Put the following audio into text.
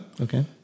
Okay